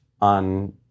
on